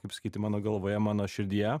kaip sakyti mano galvoje mano širdyje